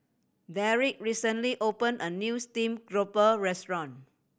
Darrick recently opened a new steamed grouper restaurant